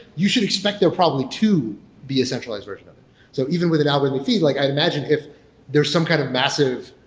you should expect there are probably two be a centralized version of it. so even with an algorithmic feed, like i imagine if there are some kind of massive